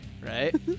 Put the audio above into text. Right